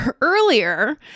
earlier